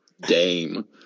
Dame